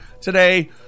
today